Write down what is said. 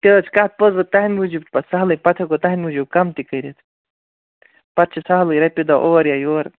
تہِ حظ چھِ کَتھ پوٚز وۄنۍ تَہندِ موٗبوٗب چھ پَتہٕ سَہلٕے پَتہٕ ہیکو تَہندِ موٗجوٗب کَم تہِ کٔرتھ پَتہِ چھُ سَہلٕے رۄپیہِ دَہ اور یا یور